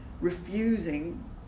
refusing